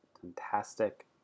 fantastic